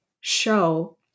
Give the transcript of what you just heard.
show